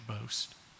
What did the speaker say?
boast